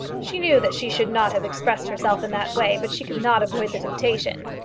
she knew that she should not have expressed herself in that way, but she could not avoid the temptation.